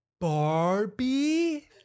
barbie